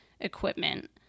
equipment